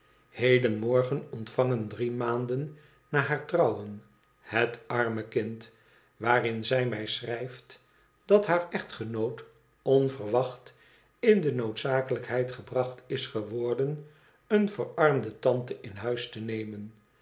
heden morgen ontvangen drie maanden na haar trouwen het arme kind waarin zij mij schrijft dat haar echtgenoot onverwacht in de noodzakelijkheid gebracht is geworden eene verarmde tante in huis te nemen